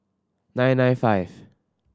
nine nine five